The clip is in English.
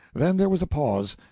then there was a pause,